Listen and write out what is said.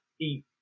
eat